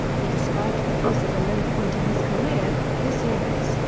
he described that loss as a low point in his career this series,